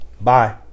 Bye